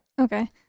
Okay